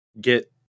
get